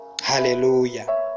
hallelujah